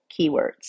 keywords